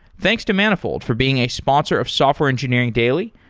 thanks to manifold for being a sponsor of software engineering daily,